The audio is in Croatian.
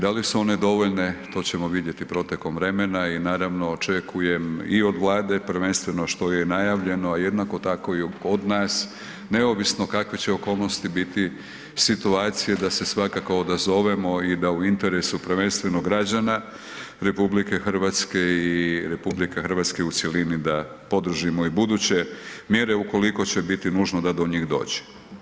Da li su one dovoljne to ćemo vidjeti protekom vremena i naravno očekujem i od Vlade, prvenstveno što je i najavljeno, jednako tako i od nas, neovisno kakve će okolnosti biti, situacije da se svakako odazovemo i da u interesu, prvenstveno građana, RH i RH u cjelini da podržimo i buduće mjere ukoliko će biti nužno da do njih dođe.